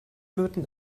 löten